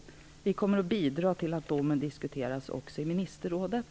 Sverige kommer också att bidra till att domen diskuteras i ministerrådet.